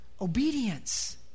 Obedience